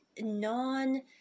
non